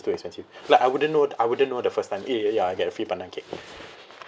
too expensive like I wouldn't know I wouldn't know the first time eh ya I get a free pandan cake